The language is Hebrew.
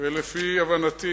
ולפי הבנתי